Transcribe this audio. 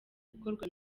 gukorwa